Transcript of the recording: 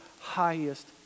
highest